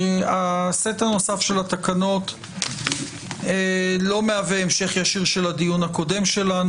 הסט הנוסף של התקנות לא מהווה המשך ישיר של הדיון הישיר שלנו.